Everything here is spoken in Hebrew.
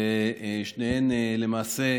ושניהם למעשה,